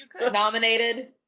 Nominated